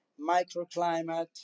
microclimate